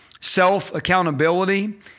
self-accountability